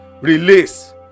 release